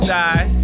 die